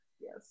Yes